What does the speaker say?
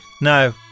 no